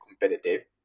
competitive